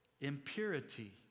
impurity